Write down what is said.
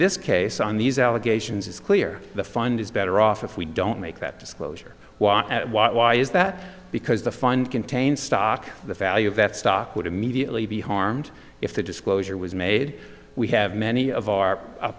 this case on these allegations is clear the fund is better off if we don't make that disclosure why is that because the fund contains stock the value of that stock would immediately be harmed if the disclosure was made we have many of our